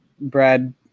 Brad